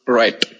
right